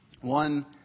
One